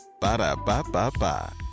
Ba-da-ba-ba-ba